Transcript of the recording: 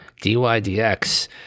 DYDX